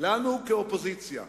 לנו כאופוזיציה.